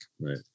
Right